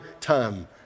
time